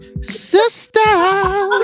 Sister